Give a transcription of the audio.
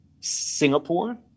Singapore